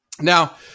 now